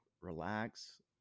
relax